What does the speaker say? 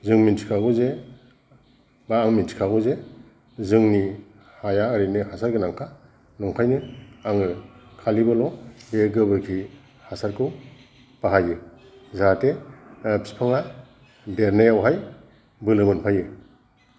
जों मिनथिखागौ जे दा आं मिनथिखागौ जे जोंनि हाया ओरैनो हासार गोंनाखा ओंखायनो आङो खालि बेल' बे गोबोरनि हासारखौ बाहायो जाहाथे बिफांआ देरनायावहाय बोलो मोनफायो